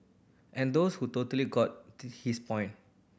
and those who totally got his point